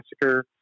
Massacre